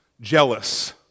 jealous